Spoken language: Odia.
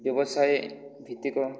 ବ୍ୟବସାୟ ଭିତ୍ତିକ